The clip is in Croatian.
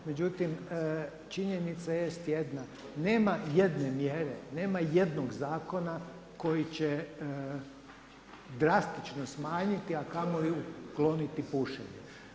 Međutim, činjenica jest jedna, nema jedne mjere, nema jednog zakona koji će drastično smanjiti, a kamoli ukloniti pušenje.